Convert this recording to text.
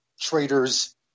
traitors